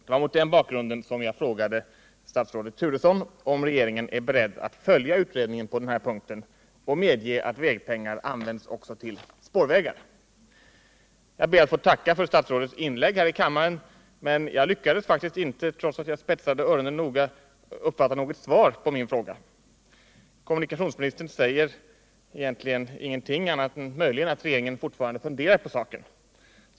Det var mot den bakgrunden som jag frågade statsrådet Turesson om regeringen är beredd att följa utredningen på den här punkten och medge att vägpengar används också till spårvägar. Jag ber att få tacka för statsrådets inlägg här i kammaren men jag lyckades faktiskt inte, trots att jag ordentligt spetsade öronen, uppfatta något svar på min fråga. Kommunikationsministern säger egentligen ingenting annat än att regeringen fortfarande funderar på saken.